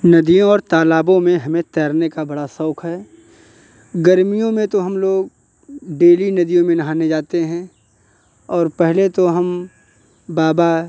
नदियों और तालाबों में हमें तैरने का बड़ा शौक है गर्मियों में तो हम लोग डेली नदियों में नहाने जाते हैं और पहले तो हम बाबा